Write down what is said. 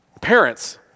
Parents